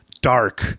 dark